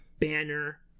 banner